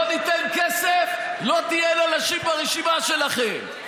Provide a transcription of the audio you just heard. לא ניתן כסף, לא תהיינה נשים ברשימה שלכם.